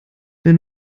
wenn